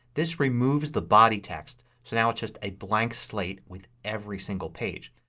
this removes the body text so now it's just a blank slate with every single page.